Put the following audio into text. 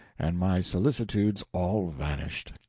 and my solicitudes all vanished.